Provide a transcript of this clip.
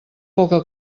poca